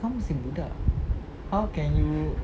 kau masih budak how can you